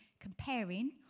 comparing